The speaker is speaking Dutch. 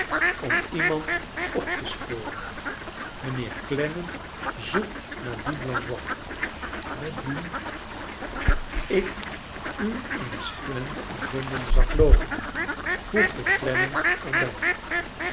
om iemand op te sporen mijnheer clennam zoekt naar dien blandois met wien ik u in the strand in londen zag loopen voegde clennam er